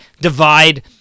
divide